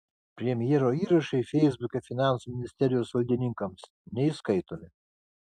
premjero įrašai feisbuke finansų ministerijos valdininkams neįskaitomi